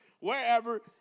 wherever